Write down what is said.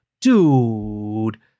dude